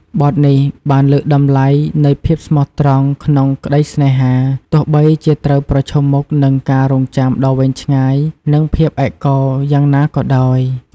បទនេះបានលើកតម្លៃនៃភាពស្មោះត្រង់ក្នុងក្តីស្នេហា ទោះបីជាត្រូវប្រឈមមុខនឹងការរង់ចាំដ៏វែងឆ្ងាយ និងភាពឯកោយ៉ាងណាក៏ដោយ។